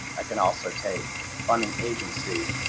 i can also take funding agency